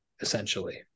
essentially